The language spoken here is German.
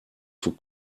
für